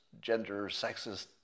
gender-sexist